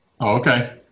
Okay